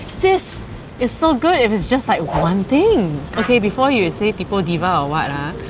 this is so good if it's just like one thing! okay before you say people diva or what,